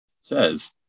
says